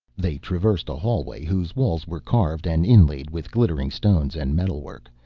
they traversed a hallway whose walls were carved and inlaid with glittering stones and metalwork,